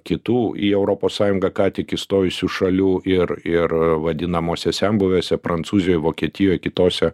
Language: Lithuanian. kitų į europos sąjungą ką tik įstojusių šalių ir ir vadinamose senbuvėse prancūzijoj vokietijoj kitose